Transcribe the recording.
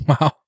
Wow